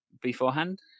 beforehand